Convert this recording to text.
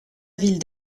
ville